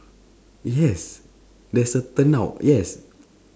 yes there's a turnout yes